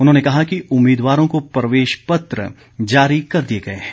उन्होंने कहा कि उम्मीदवारों को प्रवेश पत्र जारी कर दिए गए हैं